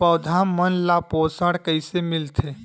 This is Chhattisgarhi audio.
पौधा मन ला पोषण कइसे मिलथे?